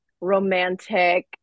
romantic